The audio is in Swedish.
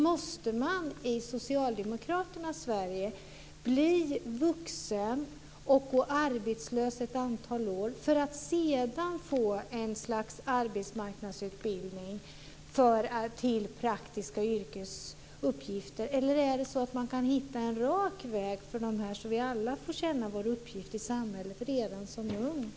Måste man i socialdemokraternas Sverige bli vuxen och gå arbetslös ett antal år för att sedan få ett slags arbetsmarknadsutbildning till praktiska yrkesuppgifter? Eller kan man hitta en rak väg för dessa människor, så att vi alla får känna vår uppgift i samhället redan som unga?